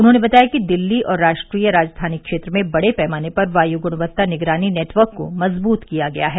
उन्होंने बताया कि दिल्ली और राष्ट्रीय राजधानी क्षेत्र में बड़े पैमाने पर वायु गुणवत्ता निगरानी नेटवर्क को मजबूत किया गया है